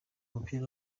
mupira